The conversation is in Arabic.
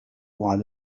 على